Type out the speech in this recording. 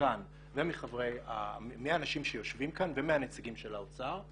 שכאן ומהאנשים שיושבים כאן ומהנציגים של האוצר,